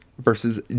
versus